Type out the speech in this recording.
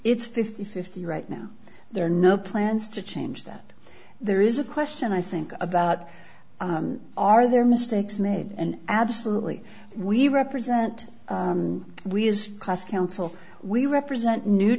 it's fifty fifty right now there are no plans to change that there is a question i think about are there mistakes made and absolutely we represent we as class council we represent new